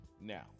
Now